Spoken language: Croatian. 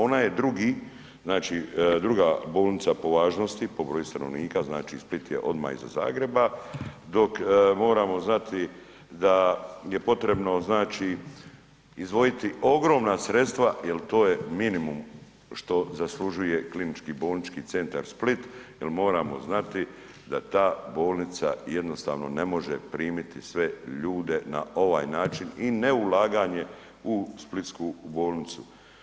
Ona je druga, znači druga bolnica po važnosti po broju stanovnika, znači Split je odmah iza Zagreba dok moramo znati da je potrebno znači izdvojiti ogromna sredstva jer to je minimum što zaslužuje KBC Split jer moramo znati da ta bolnica jednostavno ne može primiti sve ljude na ovaj način i ne ulaganje u splitsku bolnicu.